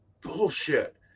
bullshit